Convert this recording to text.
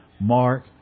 Mark